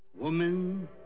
Woman